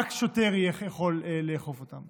רק שוטר יהיה יכול לאכוף אותן.